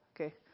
Okay